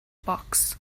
box